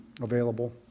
available